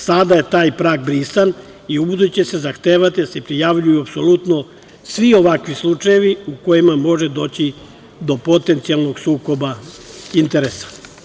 Sada je taj prag brisan i ubuduće će se zahtevati da se prijavljuju apsolutno svi ovakvi slučajevi u kojima može doći do potencijalnog sukoba interesa.